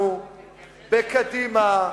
בקדימה,